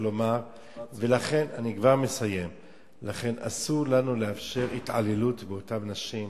לכן אסור לנו לאפשר התעללות באותן נשים,